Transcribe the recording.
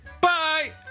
Bye